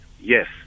Yes